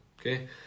okay